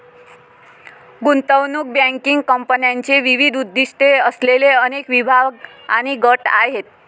गुंतवणूक बँकिंग कंपन्यांचे विविध उद्दीष्टे असलेले अनेक विभाग आणि गट आहेत